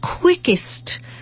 quickest